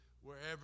wherever